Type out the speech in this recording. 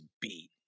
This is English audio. beat